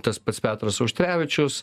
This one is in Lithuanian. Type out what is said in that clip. tas pats petras auštrevičius